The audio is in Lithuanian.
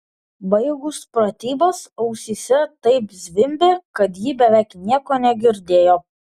baigus pratybas ausyse taip zvimbė kad ji beveik nieko negirdėjo